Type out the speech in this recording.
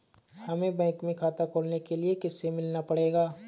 हमे बैंक में खाता खोलने के लिए किससे मिलना पड़ेगा?